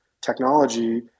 technology